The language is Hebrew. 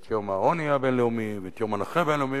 את יום העוני הבין-לאומי ואת יום הנכה הבין-לאומי